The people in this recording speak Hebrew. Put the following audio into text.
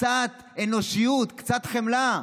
קצת אנושיות, קצת חמלה.